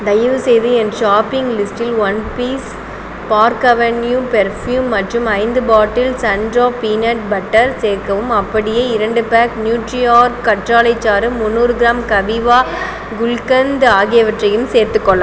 தயவுசெய்து என் ஷாப்பிங் லிஸ்ட்டில் one piece Park Avenue perfume மற்றும் ஐந்து பாட்டில் சன்ட்ரோப் பீனட் பட்டர் சேர்க்கவும் அப்படியே இரண்டு பேக் நியூட்ரிஆர்க் கற்றாழை சாறு முன்னூறு கிராம் கபீவா குல்கந்த் ஆகியவற்றையும் சேர்த்துக்கொள்ளவும்